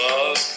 Love